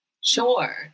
Sure